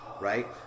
right